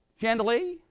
Chandelier